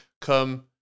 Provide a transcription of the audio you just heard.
come